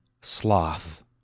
Sloth